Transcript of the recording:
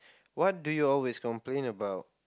what do you always complain about